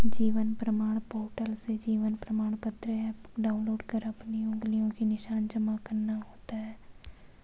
जीवन प्रमाण पोर्टल से जीवन प्रमाण एप डाउनलोड कर अपनी उंगलियों के निशान जमा करना होता है